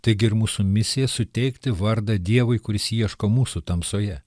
taigi ir mūsų misija suteikti vardą dievui kuris ieško mūsų tamsoje